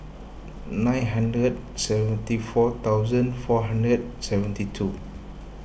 nine hundred seventy four thousand four hundred seventy two